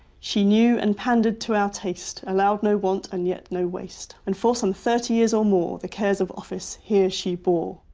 she knew, and pandered to our taste, allowed no want and yet no waste. and for some thirty years or more the cares of office here she bore.